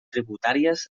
tributàries